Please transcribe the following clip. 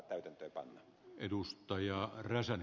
arvoisa herra puhemies